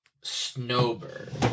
Snowbird